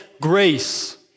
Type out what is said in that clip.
grace